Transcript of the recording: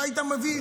והיית מביא,